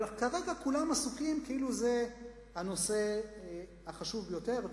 אבל כרגע כולם עסוקים כאילו זה הנושא החשוב ביותר.